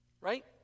right